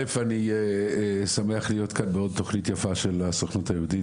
דבר ראשון אני מאוד שמח להיות כאן בעוד תוכנית יפה של הסוכנות היהודית